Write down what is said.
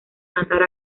matar